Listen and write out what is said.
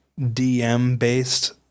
DM-based